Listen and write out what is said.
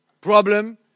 problem